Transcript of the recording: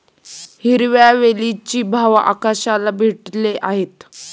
हिरव्या वेलचीचे भाव आकाशाला भिडले आहेत